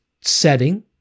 setting